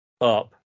up